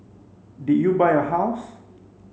did you buy a house